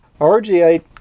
rg8